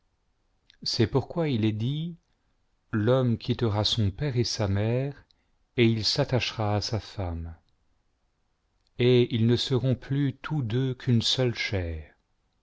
femelle et qu'il est dit l'homme quittera son père et sa mère et il s'attachera à sa femme et ils ne seront plus tous deux qii'xxne seule chair